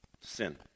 Sin